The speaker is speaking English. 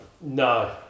No